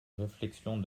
réflexion